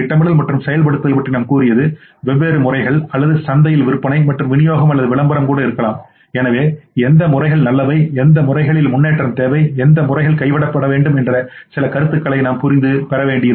திட்டமிடல் மற்றும் செயல்படுத்தல் பற்றி நாம் கூறியது வெவ்வேறு முறைகள் அல்லது சந்தையில் விற்பனை மற்றும் விநியோகம் அல்லது விளம்பரம் கூட இருக்கலாம் எனவே எந்த முறைகள் நல்லவை எந்த முறைகளில் முன்னேற்றம் தேவை எந்த முறைகள் கைவிடப்பட வேண்டும் என்று சில கருத்துக்களைப் பெற வேண்டும்